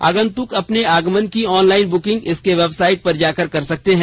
आगंतुक अपने आगमन की ऑनलाइन बुकिंग इसके वेबसाइट पर जाकर कर सकते हैं